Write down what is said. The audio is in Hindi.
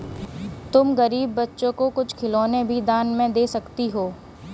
तुम गरीब बच्चों को कुछ खिलौने भी दान में दे सकती हो